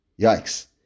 Yikes